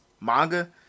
manga